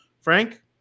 Frank